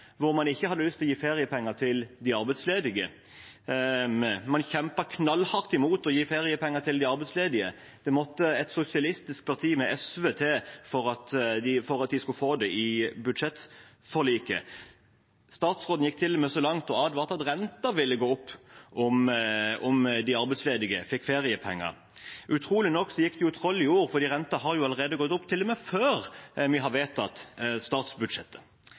hadde man ikke lyst til å gi feriepenger til de arbeidsledige. Man kjempet knallhardt imot å gi feriepenger til de arbeidsledige. Det måtte et sosialistisk parti, SV, til for at man skulle få det til i budsjettforliket. Statsråden gikk til og med så langt som å advare om at renten ville gå opp om de arbeidsledige fikk feriepenger. Utrolig nok gikk det troll i ord, for renten har allerede gått opp, til og med før vi har vedtatt statsbudsjettet.